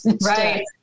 Right